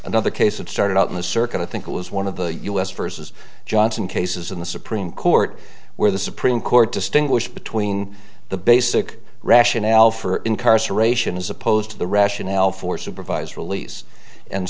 another case of started out in the circuit i think it was one of the us versus johnson cases in the supreme court where the supreme court distinguished between the basic rationale for incarceration as opposed to the rationale for supervised release and